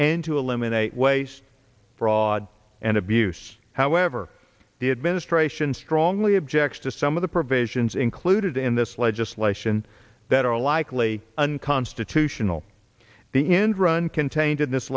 and to eliminate waste fraud and abuse however the administration strongly objects to some of the provisions included in this legislation that are likely unconstitutional the end run contained in this